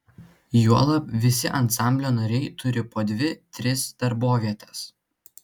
juolab visi ansamblio nariai turi po dvi tris darbovietes